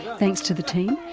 thanks to the team,